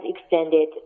extended